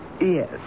Yes